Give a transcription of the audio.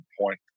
point